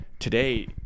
Today